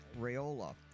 Rayola